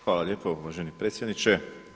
Hvala lijepo uvaženi predsjedniče.